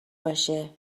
باشه